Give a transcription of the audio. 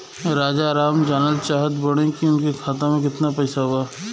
राजाराम जानल चाहत बड़े की उनका खाता में कितना पैसा बा?